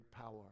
power